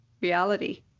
reality